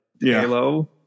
halo